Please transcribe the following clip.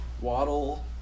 Waddle